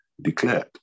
Declared